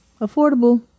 affordable